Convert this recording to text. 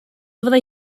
fyddai